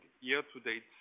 year-to-date